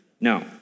No